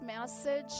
message